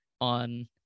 on